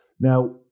Now